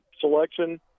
selection